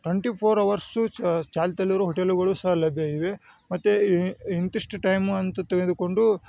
twenty four hours ಚಾಲ್ತಿಯಲ್ಲಿರೋ ಹೋಟೆಲುಗಳು ಸಹ ಲಭ್ಯ ಇವೆ ಮತ್ತು ಇಂತಿಷ್ಟು ಟೈಮು ಅಂತ ತೆಗೆದುಕೊಂಡು